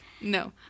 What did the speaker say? No